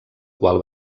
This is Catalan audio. qual